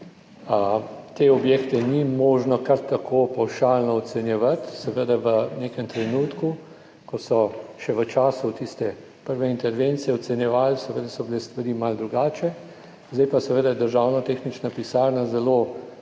te objekte ni možno kar tako pavšalno ocenjevati. Seveda, v nekem trenutku, ko so še v času tiste prve intervencije ocenjevali, seveda so bile stvari malo drugače, zdaj pa seveda državna tehnična pisarna zelo